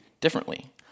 differently